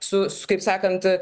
sus kaip sakant